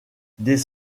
des